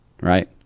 right